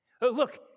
Look